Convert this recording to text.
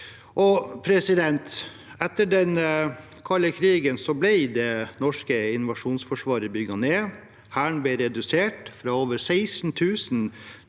lenge. Etter den kalde krigen ble det norske invasjonsforsvaret bygd ned. Hæren ble redusert fra over 16 000